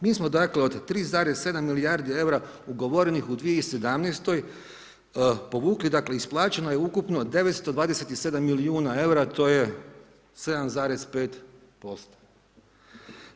Mi smo dakle, od 3,7 milijardi eura ugovorenih u 2017. povukli dakle, isplaćeno je ukupno 927 milijuna eura, to 7,5%